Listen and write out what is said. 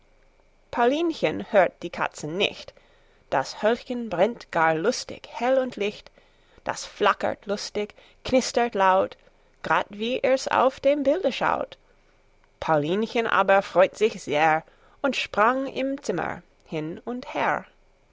hört die katzen nicht das hölzchen brennt gar hell und licht das flackert lustig knistert laut grad wie ihr's auf dem bilde schaut paulinchen aber freut sich sehr und sprang im zimmer hin und her